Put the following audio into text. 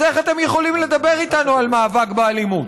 אז איך אתם יכולים לדבר איתנו על מאבק באלימות?